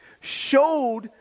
showed